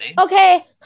okay